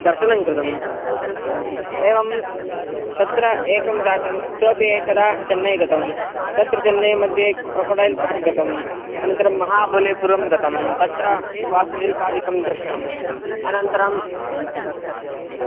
दर्शनङ्कृतम् एवं तत्र एकं जातम् इतोपि एकदा चेन्नै गतं तत्र चेन्नै मध्ये क्रकोडैल् पार्क् गतम् अनन्तरं महाबलिपुरं गतं तत्र वास्तुशिल्पादिकं दृष्टम् अनन्तरं